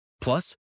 Plus